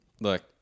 Look